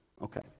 Okay